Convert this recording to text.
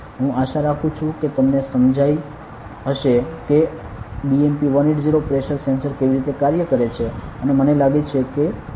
હું આશા રાખું છું કે તમને સમજાઈ હશે કે BMP180 પ્રેશર સેન્સર કેવી રીતે કાર્ય કરે છે અને મને લાગે છે કે ખ્યાલ સ્પષ્ટ છે